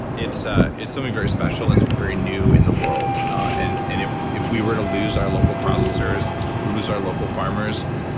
it's ah it's something very special and something very new in the world. and and if if we were to lose our local processors we'd lose our local farmers,